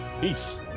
Peace